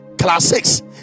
classics